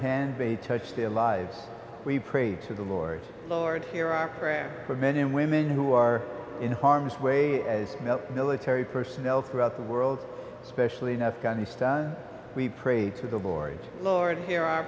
they touch their lives we pray to the lord lord here are praying for men and women who are in harm's way as military personnel throughout the world especially in afghanistan we prayed for the board lord hear our